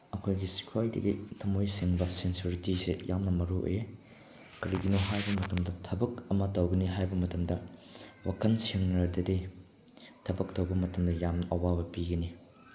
ꯑꯩꯈꯣꯏꯒꯤ ꯈ꯭ꯋꯥꯏꯗꯒꯤ ꯊꯝꯃꯣꯏ ꯁꯦꯡꯕ ꯁꯤꯟꯁꯔꯤꯇꯤꯁꯦ ꯌꯥꯝꯅ ꯃꯔꯨ ꯑꯣꯏꯌꯦ ꯀꯔꯤꯒꯤꯅꯣ ꯍꯥꯏꯕ ꯃꯇꯝꯗ ꯊꯕꯛ ꯑꯃ ꯇꯧꯒꯅꯤ ꯍꯥꯏꯕ ꯃꯇꯝꯗ ꯋꯥꯈꯜ ꯁꯦꯡꯗꯔꯗꯤ ꯊꯕꯛ ꯇꯧꯕ ꯃꯇꯝꯗ ꯌꯥꯝꯅ ꯑꯋꯥꯕ ꯄꯤꯒꯅꯤ